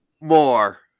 More